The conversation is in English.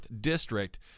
district